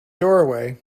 doorway